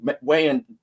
weighing